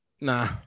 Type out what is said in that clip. nah